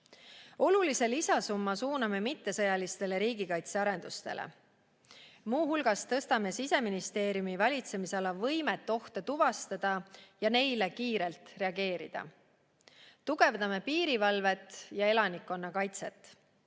Olulise lisasumma suuname mittesõjalistele riigikaitsearendustele. Muu hulgas tõstame Siseministeeriumi valitsemisala võimet ohte tuvastada ja neile kiirelt reageerida. Tugevdame piirivalvet ja elanikkonna kaitset.